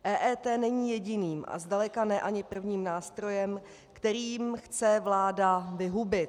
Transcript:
EET není jediným a zdaleka ne ani prvním nástrojem, kterým je chce vláda vyhubit.